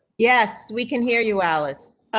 yes, we can hear you, alice.